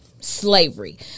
Slavery